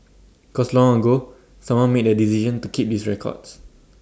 cause long ago someone made the decision to keep these records